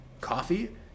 coffee